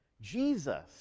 Jesus